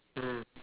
mm